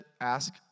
ask